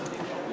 בבקשה?